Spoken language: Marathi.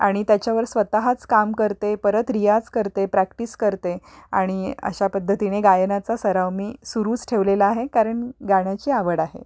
आणि त्याच्यावर स्वतःच काम करते परत रियाज करते प्रॅक्टिस करते आणि अशा पद्धतीने गायनाचा सराव मी सुरूच ठेवलेला आहे कारण गाण्याची आवड आहे